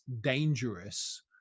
dangerous